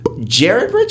Jared